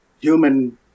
human